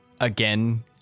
again